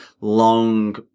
long